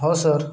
हो सर